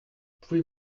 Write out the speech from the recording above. pouvez